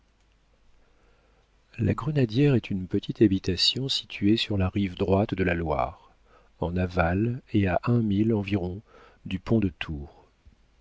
la grenadière est une petite habitation située sur la rive droite de la loire en aval et à un mille environ du pont de tours